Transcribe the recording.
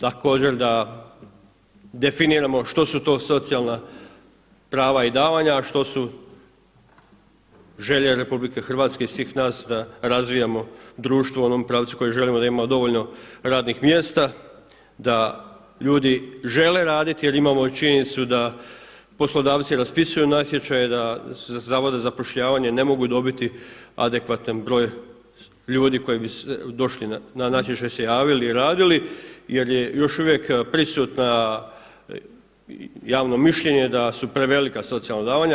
Također da definiramo što su to socijalna prava i davanja a što su želje RH i svih nas da razvijamo društvo u onom pravcu u kojem želimo da imamo radnih mjesta, da ljudi žele raditi jer imamo i činjenicu da poslodavci raspisuju natječaje da iz Zavoda ne mogu dobiti adekvatan broj ljudi koji bi došli, na natječaj se javili i radili jer je još uvijek prisutna, javno mišljenje da su prevelika socijalna davanja.